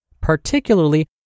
particularly